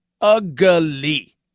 Ugly